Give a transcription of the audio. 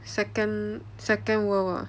second second world ah